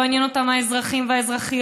לא עניינו אותם האזרחים והאזרחיות,